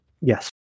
Yes